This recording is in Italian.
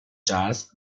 jazz